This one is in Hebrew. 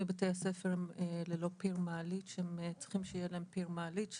מבתי הספר ללא פיר מעלית והם צריכים שיהיה להם פיר מעלית.